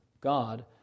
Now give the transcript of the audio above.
God